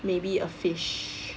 maybe a fish